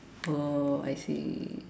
oh I see